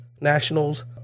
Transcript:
nationals